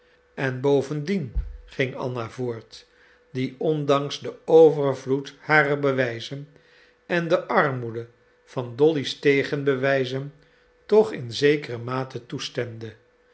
en bovendien ging anna voort die ondanks den overvloed harer bewijzen en de armoede van dolly's tegenbewijzen toch in zekere mate toestemde